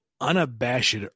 unabashed